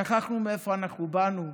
שכחנו מאיפה אנחנו באנו?